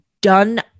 done